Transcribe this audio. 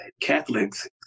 Catholics